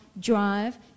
drive